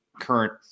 current